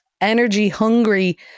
energy-hungry